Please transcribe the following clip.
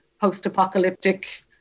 post-apocalyptic